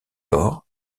lors